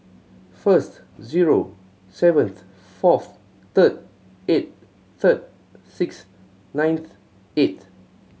first zero seventh fourth third eighth third sixth ninth eighth